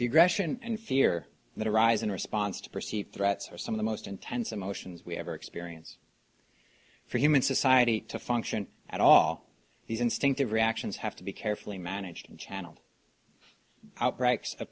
the aggression and fear that arise in response to perceived threats or some of the most intense emotions we ever experience for human society to function at all these instinctive reactions have to be carefully managed and channel outbreaks